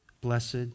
blessed